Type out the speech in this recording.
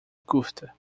curta